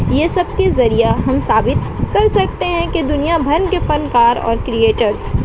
یہ سب کے ذریعہ ہم ثابت کر سکتے ہیں کہ دنیا بھن کے فنکار اور کریئیٹرس